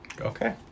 Okay